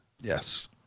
Yes